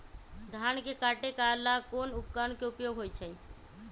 धान के काटे का ला कोंन उपकरण के उपयोग होइ छइ?